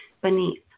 beneath